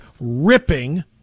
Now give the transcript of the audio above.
ripping